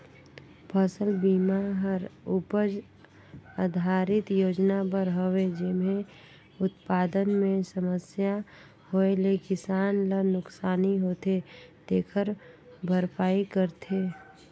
फसल बिमा हर उपज आधरित योजना बर हवे जेम्हे उत्पादन मे समस्या होए ले किसान ल नुकसानी होथे तेखर भरपाई करथे